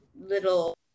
little